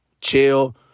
chill